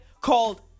Called